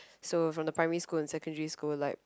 so from the primary school and secondary school like